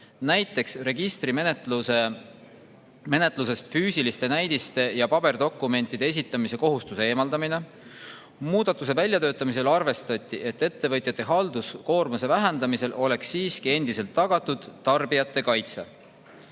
näiteks registreerimismenetlusest füüsiliste näidiste ja paberdokumentide esitamise kohustuse eemaldamine. Muudatuse väljatöötamisel arvestati, et hoolimata ettevõtjate halduskoormuse vähendamisest oleks siiski endiselt tagatud tarbijate kaitse.